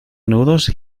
nudos